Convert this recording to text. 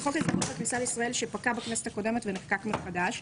זה חוק הכניסה לישראל שפקע בכנסת הקודמת ונחקק מחדש.